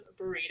burrito